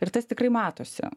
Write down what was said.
ir tas tikrai matosi